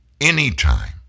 Anytime